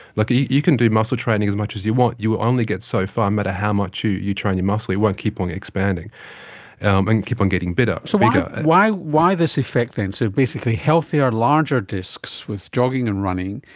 like, you can do muscle training as much as you want, you only get so far, no matter how much you you train your muscle, it won't keep on expanding and keep on getting bigger. so why why this effect then? so basically healthier, larger discs with jogging and running,